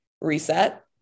reset